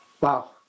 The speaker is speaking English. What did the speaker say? Wow